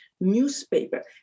newspaper